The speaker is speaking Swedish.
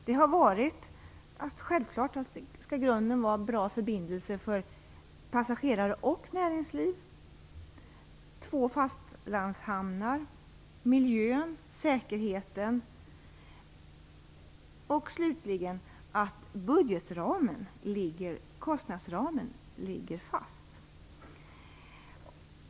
Det har varit att grunden självfallet skall vara bra förbindelser för passagerare och näringsliv, två fastlandshamnar, miljön, säkerheten och slutligen att kostnadsramen skall ligga fast.